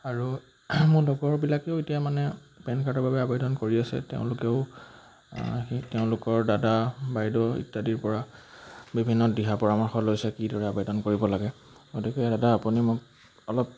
আৰু মোৰ লগৰবিলাকেও এতিয়া মানে পেন কাৰ্ডৰ বাবে আবেদন কৰি আছে তেওঁলোকেও সেই তেওঁলোকৰ দাদা বাইদেউ ইত্যাদিৰপৰা বিভিন্ন দিহা পৰামৰ্শ লৈছে কিদৰে আবেদন কৰিব লাগে গতিকে দাদা আপুনি মোক অলপ